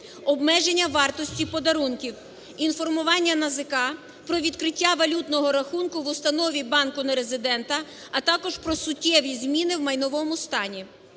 обмеження вартості подарунків, інформування НАЗК про відкриття валютного рахунку в установі банку нерезидента, а також про суттєві зміни в майновому стані.